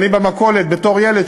אני במכולת בתור ילד,